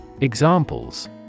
Examples